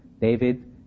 David